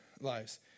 Lives